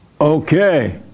Okay